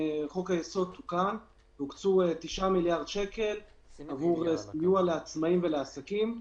חוק היסוד תוקן והוקצו תשעה מיליארד שקל עבור סיוע לעצמאים ולעסקים.